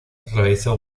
realizó